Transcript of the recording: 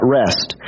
rest